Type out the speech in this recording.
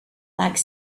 like